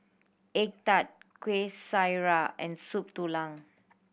egg tart Kuih Syara and Soup Tulang